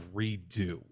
redo